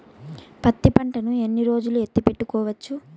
పత్తి పంటను ఎన్ని రోజులు ఎత్తి పెట్టుకోవచ్చు?